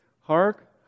Hark